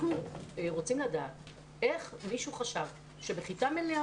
אנחנו רוצים לדעת איך מישהו חשב שבכיתה מלאה